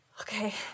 Okay